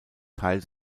teil